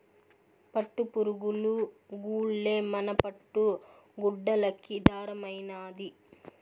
పట్టుపురుగులు గూల్లే మన పట్టు గుడ్డలకి దారమైనాది